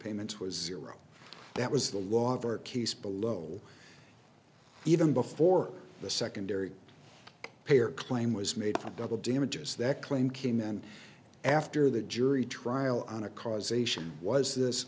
payments was iraq that was the law of our case below even before the secondary pair claim was made double damages that claim came and after the jury trial on a causation was this